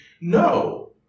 No